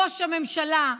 בוש הממשלה,